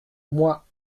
moi